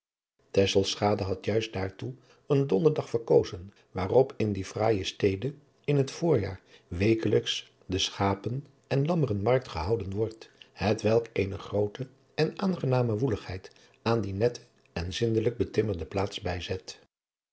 had juist daartoe een donderdag verkozen waarop in die fraaije stede in het voorjaar wekelijks de schapen en lammerenmarkt gehouden wordt hetwelk eene groote en aangename woeligheid aan die nette en zindelijk betimmerde plaats bijzet